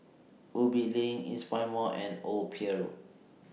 Ubi LINK Eastpoint Mall and Old Pier Road